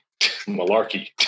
Malarkey